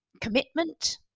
commitment